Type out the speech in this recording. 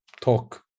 Talk